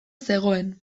zegoen